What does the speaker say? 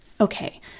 Okay